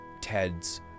Ted's